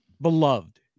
beloved